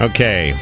Okay